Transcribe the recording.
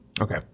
Okay